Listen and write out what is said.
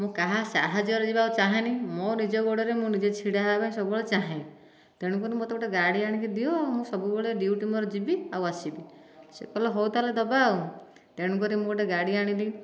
ମୁଁ କାହା ସାହାଯ୍ୟରେ ଯିବାକୁ ଚାହେଁନାହିଁ ମୋ' ନିଜ ଗୋଡ଼ରେ ମୁଁ ନିଜେ ଛିଡ଼ା ହେବା ପାଇଁ ସବୁବେଳେ ଚାହେଁ ତେଣୁ କରି ମୋତେ ଗୋଟିଏ ଗାଡ଼ି ଆଣିକି ଦିଅ ମୁଁ ସବୁବେଳେ ଡିଉଟି ମୋ'ର ଯିବି ଆଉ ଆସିବି ସେ କହିଲେ ହେଉ ତା'ହେଲେ ଦେବା ଆଉ ତେଣୁ କରି ମୁଁ ଗୋଟିଏ ଗାଡ଼ି ଆଣିଲି